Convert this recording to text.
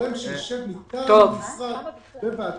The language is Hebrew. אני בעד